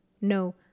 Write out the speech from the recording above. No